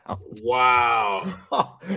Wow